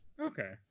Okay